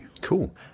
Cool